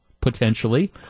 potentially –